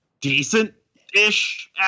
decent-ish